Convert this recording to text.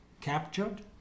captured